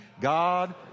God